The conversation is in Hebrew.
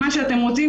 מה שאתם רוצים.